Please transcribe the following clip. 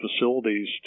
facilities